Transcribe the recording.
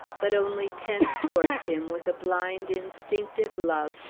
but only tend towards him with a blind, instinctive love,